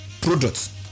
products